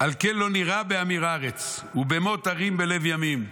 "על כן לא נירא בהמיר ארץ ובמוט הרים בלב ימים".